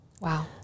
Wow